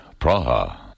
Praha